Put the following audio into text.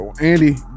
Andy